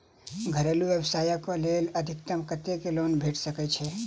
घरेलू व्यवसाय कऽ लेल अधिकतम कत्तेक लोन भेट सकय छई?